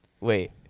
wait